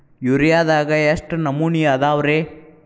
ಯೂರಿಯಾದಾಗ ಎಷ್ಟ ನಮೂನಿ ಅದಾವ್ರೇ?